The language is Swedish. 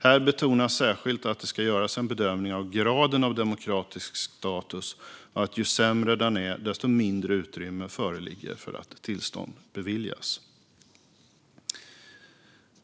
Här betonas särskilt att det ska göras en bedömning av graden av demokratisk status och att ju sämre denna är, desto mindre utrymme föreligger för att tillstånd beviljas.